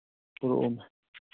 ꯄꯨꯔꯛꯎꯅꯦ